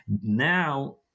now